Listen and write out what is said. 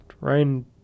Ryan